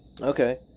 Okay